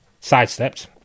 sidestepped